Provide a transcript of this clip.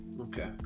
Okay